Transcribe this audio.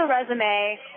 resume